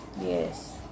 Yes